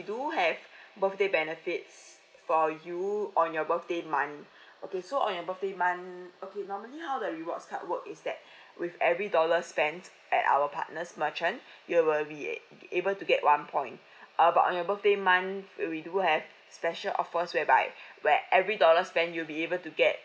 do have birthday benefits for you on your birthday month okay so on your birthday month okay normally how the rewards card work is like with every dollar spent at our partners merchant you will be able to get one point err but on your birthday month we do have special offers whereby where every dollars spend you'll be able to get